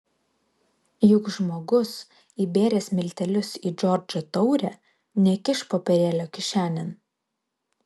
juk žmogus įbėręs miltelius į džordžo taurę nekiš popierėlio kišenėn